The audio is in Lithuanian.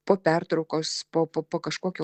po pertraukos po po po kažkokio